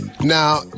Now